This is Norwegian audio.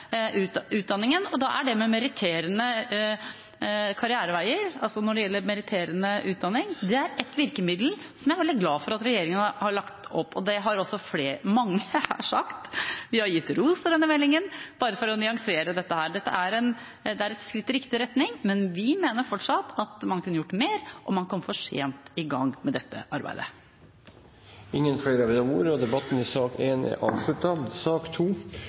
utdanningen. Da er det med merittering for karriereveier, merittering i utdanningen, et virkemiddel som jeg er veldig glad for at regjeringen har lagt opp til. Det har også mange her sagt, vi har gitt ros til denne meldingen – bare for å nyansere dette. Dette er et skritt i riktig retning, men vi mener fortsatt at man kunne gjort mer, og man kom for sent i gang med dette arbeidet. Flere har ikke bedt om ordet til sak nr. 1. Etter ønske fra kirke-, utdannings- og